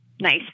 nice